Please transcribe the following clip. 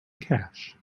cash